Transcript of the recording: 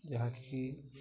ଯାହାକି